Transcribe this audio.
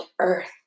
earth